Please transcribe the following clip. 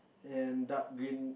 and dark green